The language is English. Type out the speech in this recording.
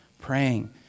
praying